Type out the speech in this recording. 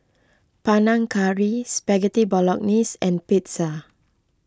Panang Curry Spaghetti Bolognese and Pizza